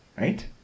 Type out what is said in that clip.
Right